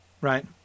Right